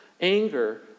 anger